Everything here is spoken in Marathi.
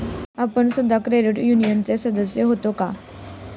आपण सुद्धा क्रेडिट युनियनचे सदस्य होता का?